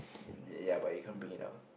ya but you can't bring it up